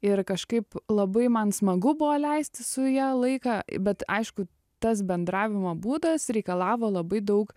ir kažkaip labai man smagu buvo leisti su ja laiką bet aišku tas bendravimo būdas reikalavo labai daug